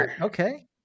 Okay